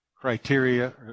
criteria